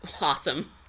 awesome